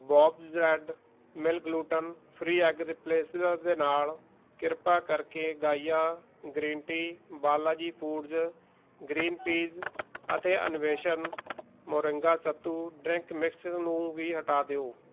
Bob's red mill gluten free egg replacer ਦੇ ਨਾਲ ਕਿਰਪਾ ਕਰਕੇ Gaia green tea Balaji foods green peas ਅਤੇ Anveshan moringa sattu drink mixture ਨੂੰ ਵੀ ਹਟਾ ਦਿਓ